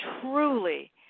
truly